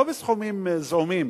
לא בסכומים זעומים.